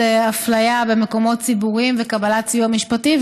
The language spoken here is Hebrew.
אפליה במקומות ציבוריים וקבלת סיוע משפטי.